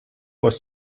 was